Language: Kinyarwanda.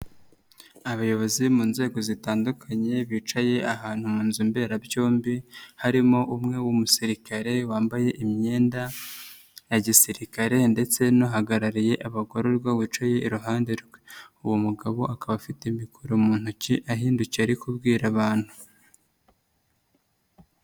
Abayobozi mu nzego zitandukanye, bicaye ahantu mu nzu mberabyombi, harimo umwe w'umusirikare, wambaye imyenda ya gisirikare ndetse n'uhagarariye abagororwa, wicaye iruhande rwe, uwo mugabo akaba afite mikoro mu ntoki, ahindukiye ari kubwira abantu.